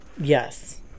Yes